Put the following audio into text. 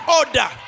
order